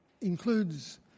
includes